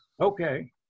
Okay